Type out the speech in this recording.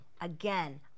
Again